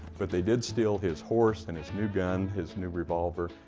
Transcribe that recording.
but they did steal his horse and his new gun, his new revolver,